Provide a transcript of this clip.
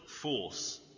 force